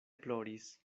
ploris